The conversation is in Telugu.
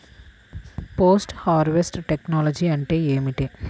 పోస్ట్ హార్వెస్ట్ టెక్నాలజీ అంటే ఏమిటి?